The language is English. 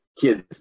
kids